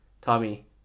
Tommy